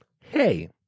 Hey